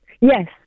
Yes